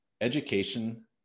education